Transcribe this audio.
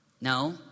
No